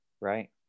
Right